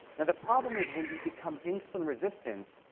and the problem is when we become insulin resistant,